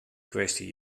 kwestie